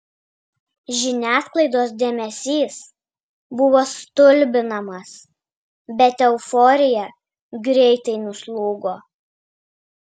žiniasklaidos dėmesys buvo stulbinamas bet euforija greitai nuslūgo